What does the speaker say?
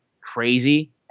crazy